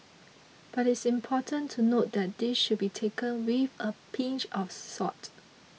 but it's important to note that this should be taken with a pinch of salt